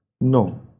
No